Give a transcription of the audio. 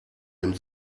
dem